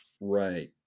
Right